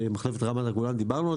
על מחלבת רמת הגולן דיברנו,